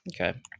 Okay